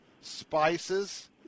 spices